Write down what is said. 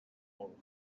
molt